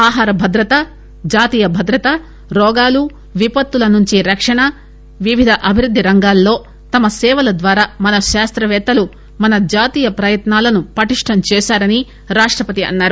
ఆహార భద్రత జాతీయ భద్రత రోగాలు విపత్తుల నుంచి రక్షణ వివిధ అభివృద్ది రంగాలలో తమ సేవల ద్వారా మన శాస్తపేత్తలు మన జాతీయ ప్రయత్నాలను పటిష్టం చేశారని రాష్టపతి అన్నారు